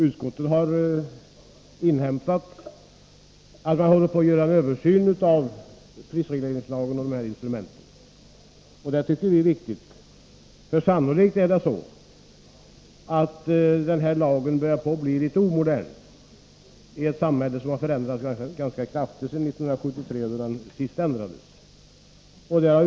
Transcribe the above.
Utskottet har nämligen inhämtat att det pågår en översyn av prisregleringslagen. Det tycker vi är viktigt, för sannolikt börjar denna lag bli litet omodern. Samhället har förändrats ganska kraftigt sedan 1973, när lagen senast ändrades.